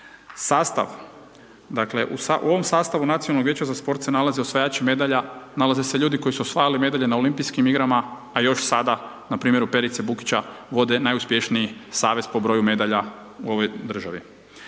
u ovom sastavu Nacionalnog vijeća za sport se nalaze osvajači medalja, nalaze se ljudi koji su osvajali medalje na Olimpijskim igrama, a još sada npr. u Perica Bukića vode najuspješniji savez po broju medalja u ovoj državi.